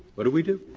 what do we do?